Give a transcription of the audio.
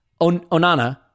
Onana